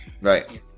Right